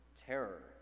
terror